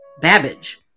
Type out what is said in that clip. Babbage